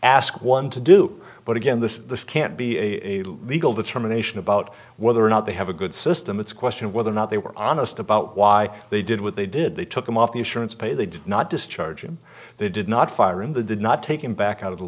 ask one to do but again this can't be a legal determination about whether or not they have a good system it's a question of whether or not they were honest about why they did what they did they took them off the insurance paid they did not discharge him they did not fire and the did not take him back out of the